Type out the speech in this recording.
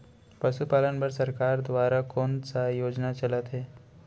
पशुपालन बर सरकार दुवारा कोन स योजना चलत हे?